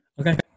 okay